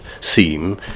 theme